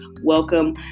welcome